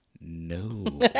No